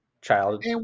Child